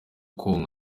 konka